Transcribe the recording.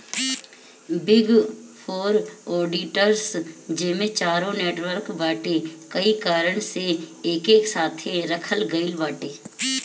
big four auditors जेमे चारो network बाटे कई कारण से एके साथे रखल गईल बाटे